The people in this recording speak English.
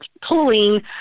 pulling